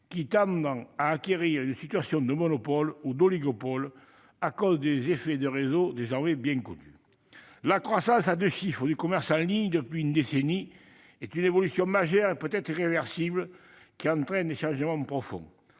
qui tendent à acquérir une situation de monopole ou d'oligopole à cause des « effets de réseau » désormais bien connus. La croissance à deux chiffres du commerce en ligne depuis une décennie est une évolution majeure, et peut-être irréversible, qui entraîne des changements profonds